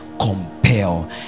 Compel